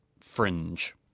fringe